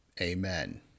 Amen